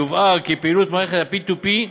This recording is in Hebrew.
יובהר כי פעילות מערכת P2P,